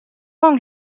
long